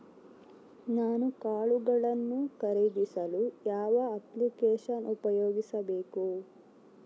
ನಾನು ಕಾಳುಗಳನ್ನು ಖರೇದಿಸಲು ಯಾವ ಅಪ್ಲಿಕೇಶನ್ ಉಪಯೋಗಿಸಬೇಕು?